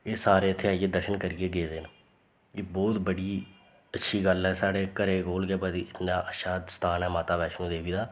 एह् सारे इत्थें आइयै दर्शन करियै गेदे न एह् बोह्त बड़ी अच्छी गल्ल ऐ साढ़े घरै कोल गै इ'न्ना अच्छा स्थान ऐ माता वैश्नो देवी दा